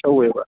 ꯇꯧꯋꯦꯕ